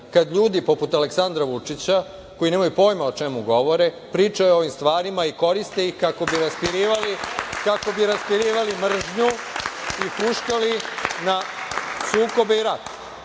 kada ljudi poput Aleksandra Vučića, koji nemaju pojma o čemu govore, pričaju o ovom stvarima i koriste ih kako bi raspririvali mržnju i huškali na sukobe i rat. Još